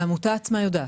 העמותה עצמה יודעת.